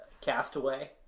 Castaway